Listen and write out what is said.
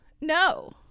no